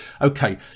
Okay